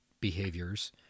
behaviors